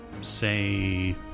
say